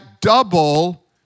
double